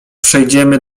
przejdziemy